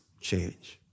change